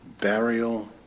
burial